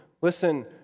Listen